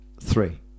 Three